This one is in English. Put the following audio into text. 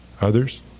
Others